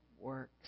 works